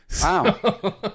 Wow